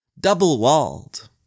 double-walled